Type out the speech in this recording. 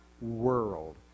world